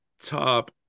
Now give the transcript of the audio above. top